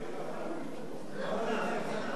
מספיק